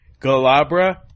Galabra